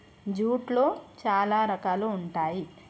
జూట్లో చాలా రకాలు ఉంటాయి